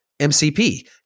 MCP